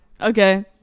okay